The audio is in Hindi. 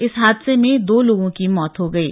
इस हादसे में दो लोगों की मौत हो गयी